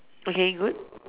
okay good